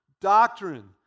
doctrine